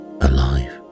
alive